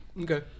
Okay